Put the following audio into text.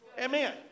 Amen